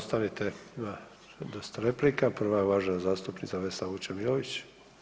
Ostanite, ima dosta replika, prva je uvažena zastupnica Vesna Vučemilović.